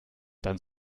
dann